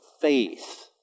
faith